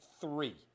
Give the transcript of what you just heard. three